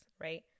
right